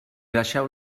deixeu